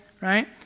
right